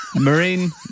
Marine